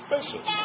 special